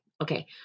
Okay